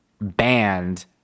banned